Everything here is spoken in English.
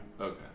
okay